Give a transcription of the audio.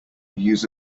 use